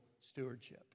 stewardship